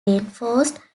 reinforced